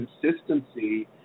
consistency